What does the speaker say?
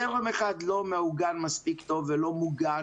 זרם אחד לא מעוגן מספיק טוב, ולא מוגן